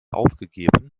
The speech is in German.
aufgegeben